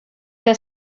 que